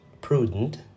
prudent